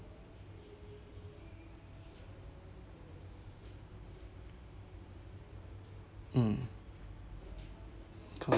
mm call like